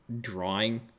drawing